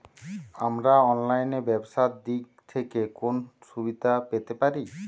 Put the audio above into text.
আমরা অনলাইনে ব্যবসার দিক থেকে কোন সুবিধা পেতে পারি?